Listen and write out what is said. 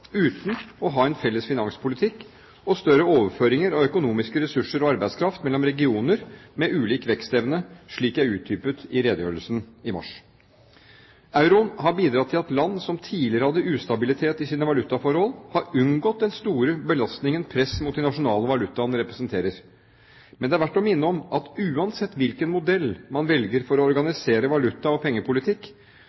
uten å ha en felles finanspolitikk, og større overføringer av økonomiske ressurser og arbeidskraft mellom regioner med ulik vekstevne – slik jeg utdypet i redegjørelsen i mars. Euroen har bidratt til at land som tidligere hadde ustabilitet i sine valutaforhold, har unngått den store belastningen press mot de nasjonale valutaene representerer. Men det er verdt å minne om at uansett hvilken modell man velger for å